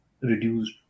reduced